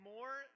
More